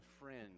friend